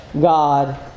God